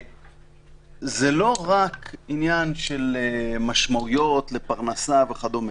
זה לא רק עניין של משמעויות לפרנסה וכולי.